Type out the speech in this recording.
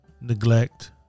neglect